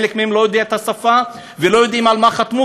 חלק מהם לא יודע את השפה ולא יודע על מה חתמו,